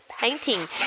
painting